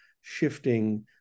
shifting